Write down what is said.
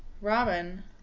Robin